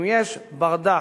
אם יש ברדק,